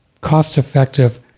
cost-effective